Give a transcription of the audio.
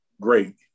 great